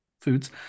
foods